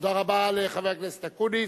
תודה רבה לחבר אקוניס.